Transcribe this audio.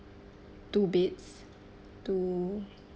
two beds two